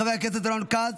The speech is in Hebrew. חבר הכנסת רון כץ,